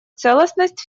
целостность